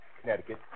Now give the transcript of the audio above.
Connecticut